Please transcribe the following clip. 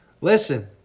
listen